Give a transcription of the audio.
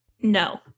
No